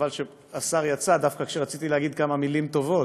שהשר יצא דווקא כשרציתי להגיד כמה מילים טובות,